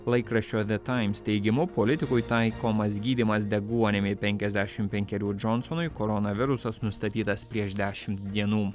laikraščio the times teigimu politikui taikomas gydymas deguonimi penkiasdešim penkerių džonsonui koronavirusas nustatytas prieš dešimt dienų